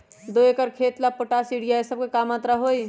दो एकर खेत के ला पोटाश, यूरिया ये सब का मात्रा होई?